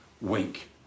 Wink